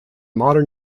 modern